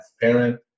transparent